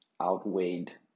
outweighed